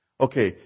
okay